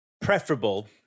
preferable